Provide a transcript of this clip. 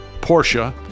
Porsche